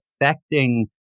affecting